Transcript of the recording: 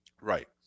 Right